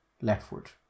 leftward